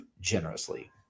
generously